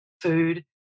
food